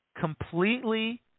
Completely